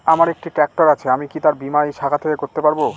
আমার একটি ট্র্যাক্টর আছে আমি কি তার বীমা এই শাখা থেকে করতে পারব?